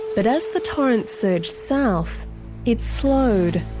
but as the torrents surged south it slowed,